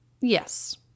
Yes